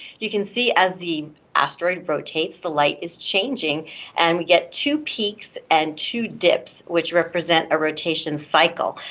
you can see as the asteroid rotates, the light is changing and we get two peaks and two dips, which represent a rotation cycle.